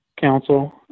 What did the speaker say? Council